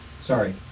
sorry